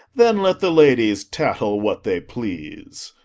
then let the ladies tattle what they please.